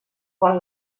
quan